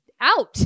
out